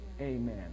Amen